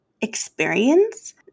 experience